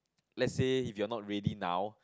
let's say if you are not ready now